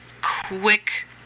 quick